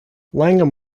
langham